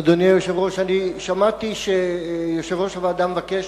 אדוני היושב-ראש, שמעתי שיושב-ראש הוועדה מבקש